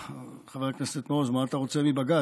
חבר הכנסת מעוז, מה אתה רוצה מבג"ץ.